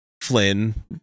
Flynn